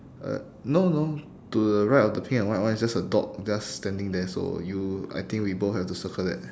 uh no no to the right of the pink and white one it's just a dog just standing there so you I think we both have to circle that